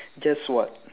guess what